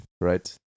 right